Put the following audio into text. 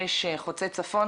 לאנשי הצוות הנוספים שאיתנו.